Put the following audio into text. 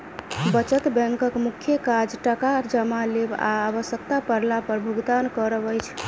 बचत बैंकक मुख्य काज टाका जमा लेब आ आवश्यता पड़ला पर भुगतान करब अछि